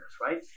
right